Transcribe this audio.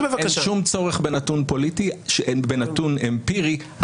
להם בנימין נתניהו ויריב לוין,